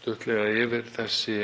stuttlega yfir þessi